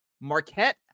Marquette